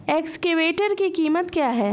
Excavator की कीमत क्या है?